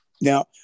Now